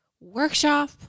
workshop